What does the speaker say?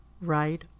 right